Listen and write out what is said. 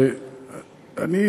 אני,